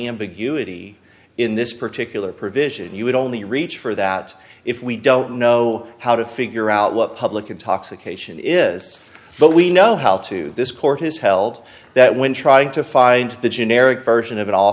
ambiguity in this particular provision you would only reach for that if we don't know how to figure out what public intoxication is but we know how to this court has held that when trying to find the generic version of it all